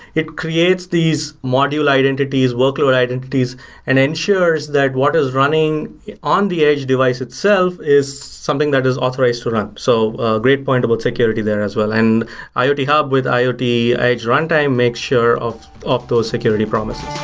it creates these module identities, workload identities and ensures that what is running on the edge device itself is something that is authorized to run. so a great point about security there as well. and iot hub with iot edge runtime make sure of of those security promises